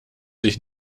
sich